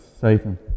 Satan